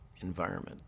environment